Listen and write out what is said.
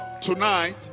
Tonight